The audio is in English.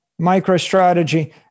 MicroStrategy